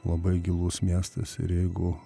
labai gilus miestas ir jeigu